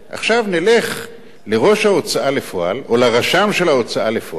עכשיו נלך לראש ההוצאה לפועל או לרשם של ההוצאה לפועל,